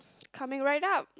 coming right up